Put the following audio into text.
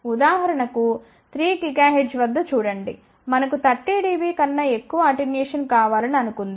ఉదాహరణకు 3 గిగాహెర్ట్జ్ వద్ద చూడండి మనకు 30 dB కన్నా ఎక్కువ అటెన్యుయేషన్ కావాలని అనుకుందాం